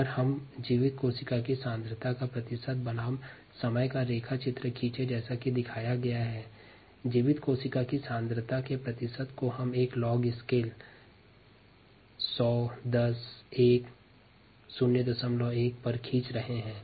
अगर हम जीवित कोशिका की प्रतिशत बनाम समय का ग्राफ खींचतें है तब जीवित कोशिका की प्रतिशत सांद्रता को हम एक लॉग स्केल 100 10 1 01 पर खीच रहे हैं